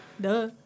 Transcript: duh